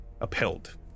Upheld